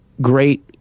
great